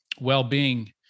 well-being